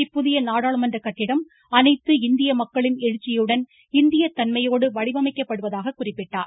இப்புதிய நாடாளுமன்ற கட்டிடடம் அனைத்து இந்திய மக்களின் எழுச்சியுடன் இந்திய தன்மையோடு வடிவமைக்கப்படுவதாக குறிப்பிட்டார்